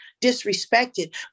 disrespected